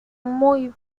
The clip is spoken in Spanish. muy